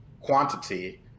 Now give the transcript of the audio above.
quantity